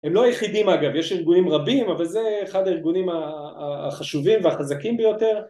הם לא היחידים אגב, יש ארגונים רבים אבל זה אחד הארגונים החשובים והחזקים ביותר